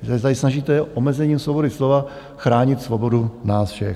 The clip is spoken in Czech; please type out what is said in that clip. Vy se tady snažíte omezením svobody slova chránit svobodu nás všech.